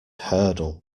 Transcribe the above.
hurdle